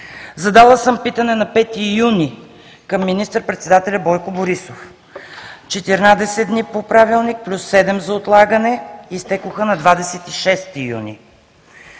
Задала съм питане на 5 юни към министър-председателя Бойко Борисов. Четиринадесет дни по Правилник плюс седем за отлагане изтекоха на 26 юни.